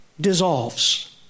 dissolves